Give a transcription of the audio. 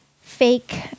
fake